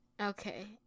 Okay